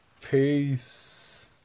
Peace